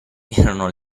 erano